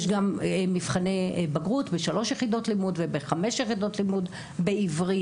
יש גם מבחני בגרות בשלוש יחידות לימוד וגם בחמש יחידות לימוד בעברית.